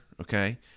Okay